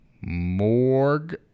Morg